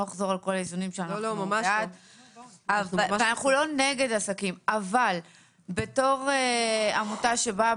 אנחנו לא נגד עסקים אבל כעמותה שבאה